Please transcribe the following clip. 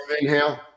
inhale